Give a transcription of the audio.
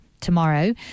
Tomorrow